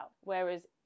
Whereas